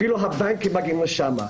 אפילו הבנקים מגיעים לשם.